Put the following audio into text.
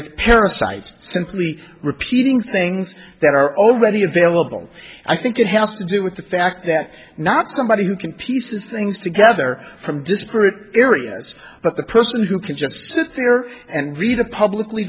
parasite simply repeating things that are already available i think it has to do with the fact that not somebody who can pieces things together from disparate areas but the person who can just sit there and read a publicly